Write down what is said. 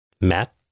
Matt